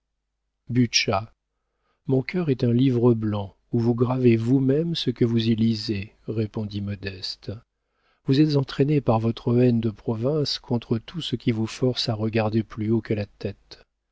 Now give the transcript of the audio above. mon cœur est un livre blanc où vous gravez vous-même ce que vous y lisez répondit modeste vous êtes entraîné par votre haine de province contre tout ce qui vous force à regarder plus haut que la tête